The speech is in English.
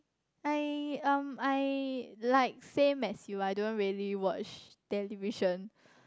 I um I like same as you I don't really watch television